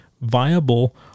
viable